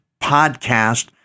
podcast